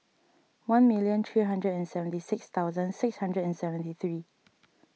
one million three hundred and seventy six thousand six hundred and seventy three